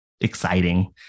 exciting